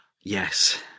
Yes